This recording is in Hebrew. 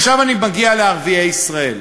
עכשיו אני מגיע לערביי ישראל.